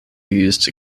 used